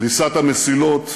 פריסת המסילות,